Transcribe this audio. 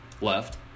left